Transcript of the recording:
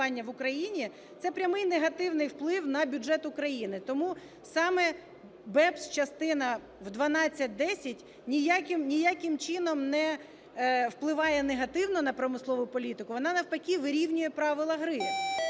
в Україні, це прямий негативний вплив на бюджет України. Тому саме BEPS-частина в 1210 ніяким чином не впливає негативно на промислову політику, вона, навпаки, вирівнює правила гри.